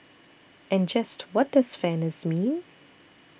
and just what does fairness mean